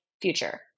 future